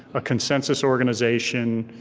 a consensus organization.